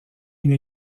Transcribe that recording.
une